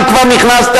אם כבר נכנסת,